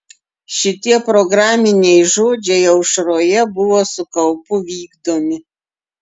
šitie programiniai žodžiai aušroje buvo su kaupu vykdomi